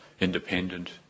independent